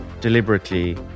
deliberately